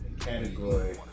category